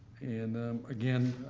and again,